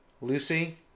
Lucy